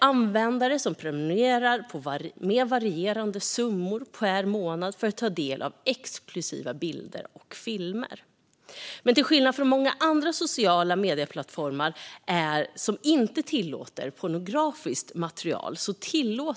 Användare prenumererar med varierande summor per månad för att ta del av exklusiva bilder och filmer. Till skillnad från många andra sociala medieplattformar tillåter Onlyfans pornografiskt material.